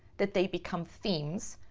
that they become themes,